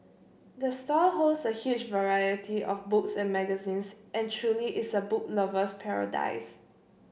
the store holds a huge variety of books and magazines and truly is a book lover's paradise